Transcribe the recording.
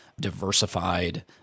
diversified